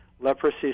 leprosy